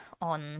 on